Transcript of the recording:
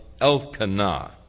Elkanah